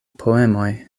poemoj